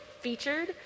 featured